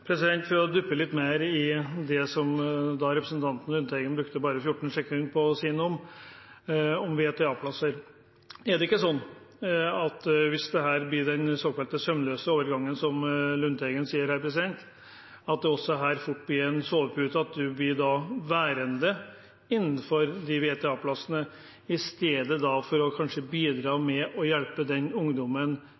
For å dykke litt mer i det som representanten Lundteigen brukte bare 14 sekunder på å si noe om, VTA-plasser: Er det ikke slik – hvis en får den såkalt sømløse overgangen som Lundteigen her snakker om – at det fort blir en sovepute, at en blir værende innenfor de VTA-plassene, i stedet for at en kanskje